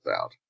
out